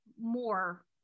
more